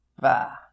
Bah